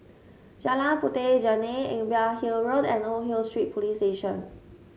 Jalan Puteh Jerneh Imbiah Hill Road and Old Hill Street Police Station